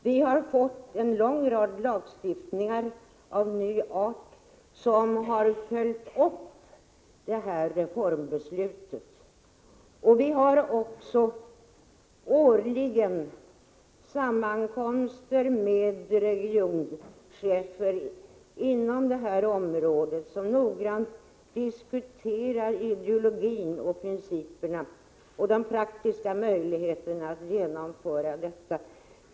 Vi har fått en lång rad lagar av ny art, som har följt upp besluten i den nya vårdlagen, och vi har också årligen sammankomster med regionchefer inom kriminalvården för noggrann diskussion om ideologier och principer och om de praktiska möjligheterna att genomföra förändringar.